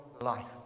life